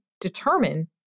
determine